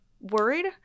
worried